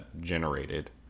generated